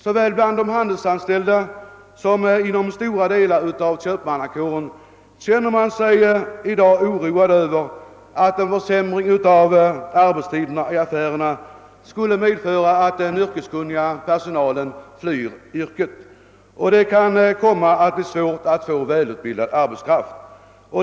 Såväl bland de handelsanställda som inom stora delar av köpmannakåren känner man sig i dag oroad över att en försämring av arbetstiderna i affärerna skulle medföra att den yrkeskunniga personalen flyr yrket. Det kan komma att bli svårt att få välutbildad arbetskraft.